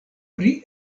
pri